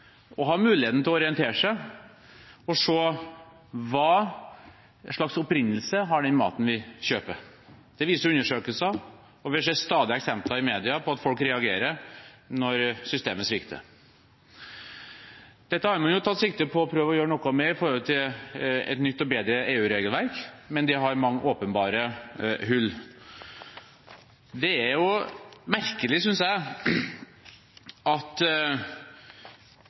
å ha muligheten til å orientere seg og se hva slags opprinnelse den maten de kjøper, har. Det viser undersøkelser, og vi ser stadig eksempler i media på at folk reagerer når systemet svikter. Dette har man tatt sikte på å prøve å gjøre noe med i et nytt og bedre EU-regelverk, men det har mange åpenbare hull. Jeg synes det er merkelig